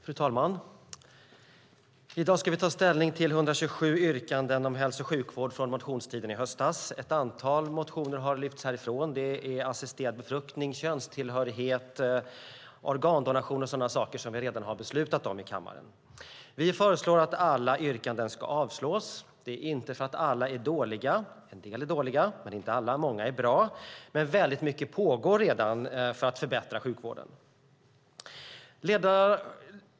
Fru talman! I dag ska vi ta ställning till 127 yrkanden om hälso och sjukvård från motionstiden i höstas. Ett antal motioner har lyfts härifrån. Det är assisterad befruktning, könstillhörighet, organdonation och sådana saker som vi redan har beslutat om i kammaren. Vi föreslår att alla yrkanden ska avslås. Det gör vi inte därför att alla är dåliga. En del är dåliga, men inte alla. Många är bra, men väldigt mycket pågår redan för att förbättra sjukvården.